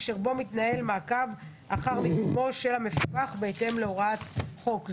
אשר בו מתנהל מעקב אחר מיקומו של המפוקח בהתאם להוראות חוק זה,